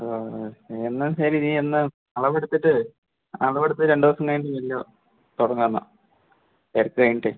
ആ എന്നാൽ ശരി നീ എന്നാൽ അളവെടുത്തിട്ട് അളവെടുത്ത് രണ്ടിവസം കഴിഞ്ഞ് ചെല്ലുക തുടങ്ങാം എന്നാൽ എടുത്ത് കഴിഞ്ഞിട്ടേ